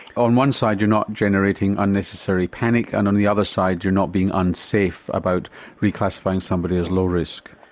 on one side you're not generating unnecessary panic and on the other side you're not being unsafe about reclassifying somebody as low risk?